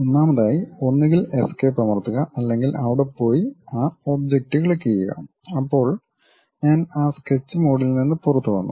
ഒന്നാമതായി ഒന്നുകിൽ എസ്കേപ്പ് അമർത്തുക അല്ലെങ്കിൽ അവിടെ പോയി ആ ഒബ്ജക്റ്റ് ക്ലിക്കുചെയ്യുക അപ്പോൾ ഞാൻ ആ സ്കെച്ച് മോഡിൽ നിന്ന് പുറത്തുവന്നു